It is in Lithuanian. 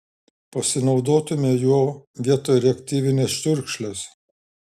pasinaudotumei juo vietoj reaktyvinės čiurkšlės